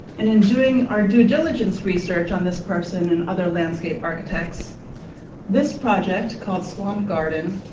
and in doing our due diligence research on this person and other landscape architects this project, called slum garden,